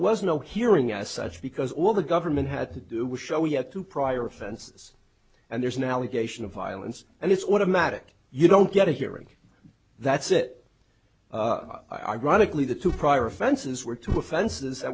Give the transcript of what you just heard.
was no hearing as such because all the government had to do was show we had two prior offenses and there's an allegation of violence and it's automatic you don't get a hearing that's it ironically the two prior offenses were two offens